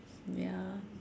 ya